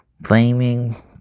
blaming